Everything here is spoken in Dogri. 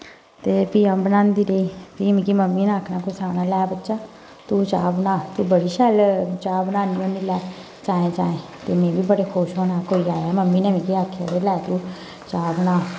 ते फ्ही अ'ऊं बनांदी रेही फ्ही मिगी मम्मी ने आखना कुसै औना लै बच्चा तूं चाह् बना तूं बड़ी शैल चाह् बनान्नी होन्नी लै चाएं चाएं ते में बी बड़े खुश होना कोई आया मम्मी ने मिगी आखेआ लै तूं चाह् बना